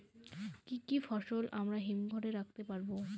কি কি ফসল আমরা হিমঘর এ রাখতে পারব?